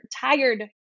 tired